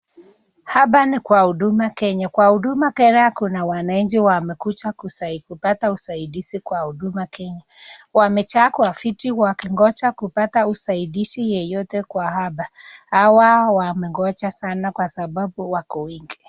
Hapa ni kwa huduma Kenya, kwa huduma Kenya kuna wananchi wamekuja kupata usaidizi kwa huduma Kenya ,wamejaa kwa viti wakingoja kupata usaidizi yeyote kwa hapa ,hawa wamengoja sana kwa sababu wako wengi.